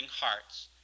hearts